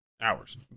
hours